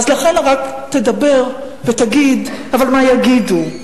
ולכן רק תדבר ותגיד: אבל מה יגידו?